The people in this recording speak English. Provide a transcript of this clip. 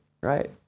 right